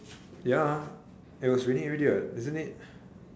ya it was raining everyday what wasn't it